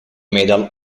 medal